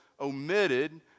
omitted